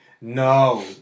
No